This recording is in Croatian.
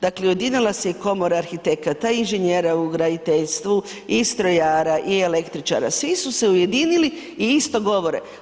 Dakle, ujedinila se i komora arhitekata, inženjera u graditeljstvu i strojara i električara svi su se ujedinili i isto govore.